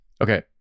Okay